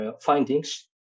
findings